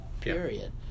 period